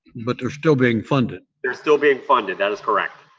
but they're still being funded? they're still being funded. that is correct.